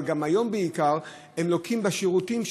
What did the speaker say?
אבל היום הם גם בעיקר הם לוקים בשירותים,